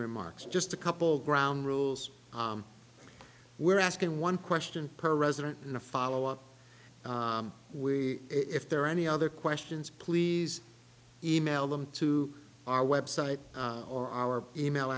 remarks just a couple ground rules we're asking one question per resident in a follow up we if there are any other questions please e mail them to our website or our e mail